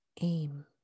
aim